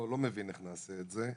אני לא מבין איך נעשה את זה.